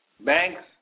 Banks